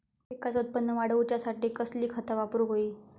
पिकाचा उत्पन वाढवूच्यासाठी कसली खता वापरूक होई?